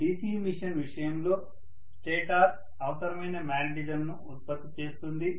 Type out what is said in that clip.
DC machine విషయంలో stator అవసరమైన మ్యాగ్నెటిజంను ఉత్పత్తి చేస్తుంది